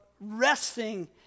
resting